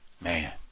man